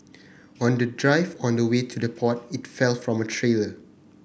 on the drive on the way to the port it fell from a trailer